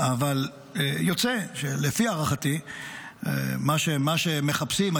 אבל יוצא לפי הערכתי שמה שהם מחפשים,